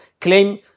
claim